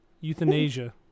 Euthanasia